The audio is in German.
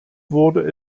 wurde